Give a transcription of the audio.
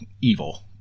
evil